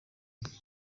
nke